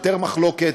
יותר מחלוקת,